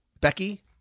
Becky